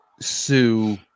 sue